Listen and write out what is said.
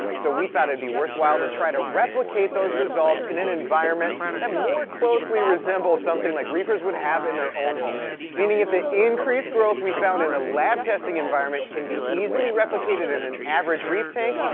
so we thought it'd be worthwhile to try to replicate those results in an environment that more closely resembles something like reefers would have in their own homes, meaning if the increase growth we found in lab testing environment can be easily replicated in an average reef tank,